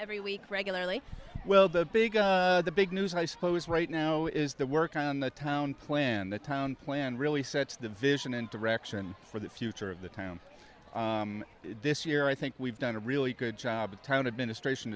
every week regularly well the big the big news i suppose right now is the work on the town plan the town plan really sets the vision and direction for the future of the town this year i think we've done a really good job of town administrat